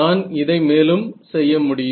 நான் இதை மேலும் செய்ய முடியும்